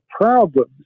problems